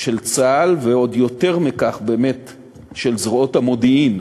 של צה"ל, ועוד יותר מכך של זרועות המודיעין,